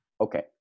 okay